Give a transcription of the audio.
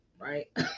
right